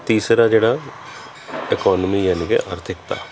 ਅਤੇ ਤੀਸਰਾ ਜਿਹੜਾ ਇਕੋਨਮੀ ਯਾਨੀ ਕਿ ਆਰਥਿਕਤਾ